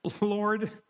Lord